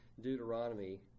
Deuteronomy